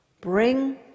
Bring